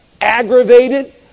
Aggravated